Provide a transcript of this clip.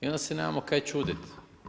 I onda se nemamo kaj čudit.